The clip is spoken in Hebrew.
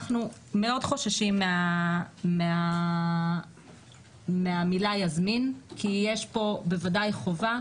אנחנו מאוד חוששים מהמילה "יזמין" כי יש פה בוודאי חובה,